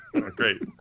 Great